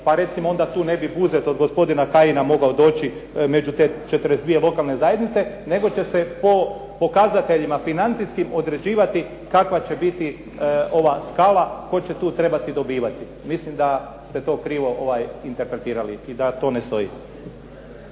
pa recimo onda tu ne bi Buzet od gospodina Kajina mogao doći među te 42 lokalne zajednice nego će se po pokazateljima financijskim određivati kakva će biti ova skala, tko će tu trebati dobivati. Mislim da ste to krivo interpretirali i da to ne stoji.